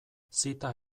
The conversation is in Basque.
zita